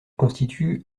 constitue